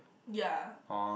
yah